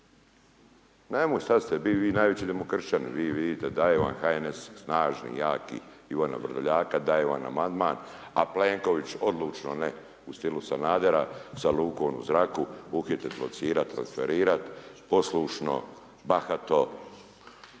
Nemoj sad ste bi vi najveći demokršćani, vi vidite daje vam HNS snažni jaki Ivana Vrdoljaka, daje vam amandman a Plenković odlučno ne u stilu Sanadera sa lukom u zraku uhitit, locirat, transferirat poslušno, bahato,